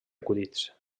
acudits